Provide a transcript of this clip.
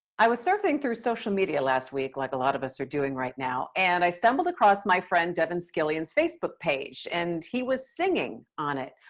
i was surfing through social media last week, like a lot of us are doing right now, and i stumbled across my friend devin scillian's facebook page, and he was singing on it.